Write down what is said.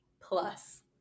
plus